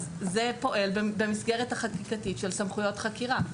זה פועל במסגרת החקיקתית של סמכויות חקירה.